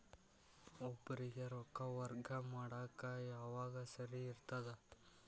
ಒಬ್ಬರಿಗ ರೊಕ್ಕ ವರ್ಗಾ ಮಾಡಾಕ್ ಯಾವಾಗ ಸರಿ ಇರ್ತದ್?